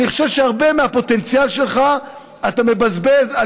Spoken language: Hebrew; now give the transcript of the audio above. אני חושב שהרבה מהפוטנציאל שלך אתה באמת מבזבז על